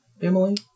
Emily